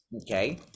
okay